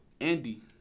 Andy